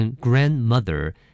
grandmother